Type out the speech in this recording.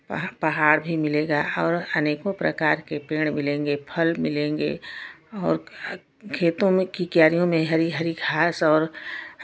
वहाँ पहाड़ भी मिलेगा और अनेकों प्रकार के पेंड़ मिलेंगे फल मिलेंगे और खेतों में कि क्यारियों में हरी हरी घास और